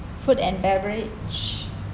food and beverage